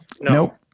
Nope